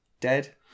dead